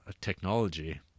technology